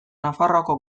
nafarroako